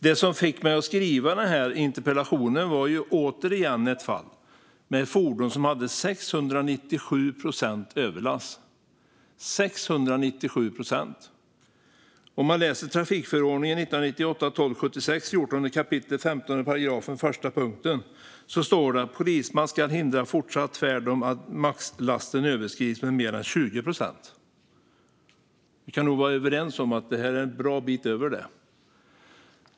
Det som fick mig att skriva den här interpellationen var återigen ett fall med ett fordon som hade 697 procents överlast - 697 procent! I 14 kap. 15 § första punkten trafikförordningen står att polisman ska hindra fortsatt färd om maxlasten överskrids med mer än 20 procent. Vi kan nog vara överens om att detta är en bra bit över det.